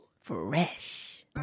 fresh